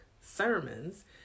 sermons